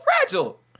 fragile